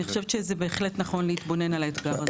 זה בהחלט נכון להתבונן על האתגר הזה.